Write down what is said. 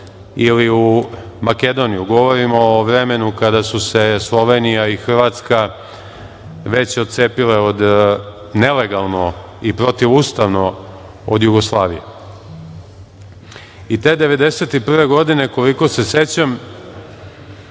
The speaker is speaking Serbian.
ili u Makedoniju. Govorim o vremenu kada su se Slovenija i Hrvatska već otcepile, nelegalno i protivustavno, od Jugoslavije. Te 1991. godine, koliko se sećam,